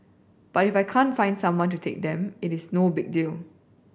but if I can't find someone to take them it is no big deal